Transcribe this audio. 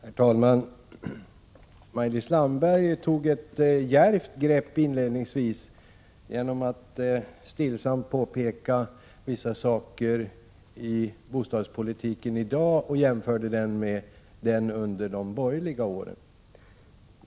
Herr talman! Maj-Lis Landberg tog ett djärvt grepp inledningsvis, då hon stillsamt påpekade vissa saker och jämförde bostadspolitken i dag med den under de borgerliga åren.